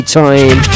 time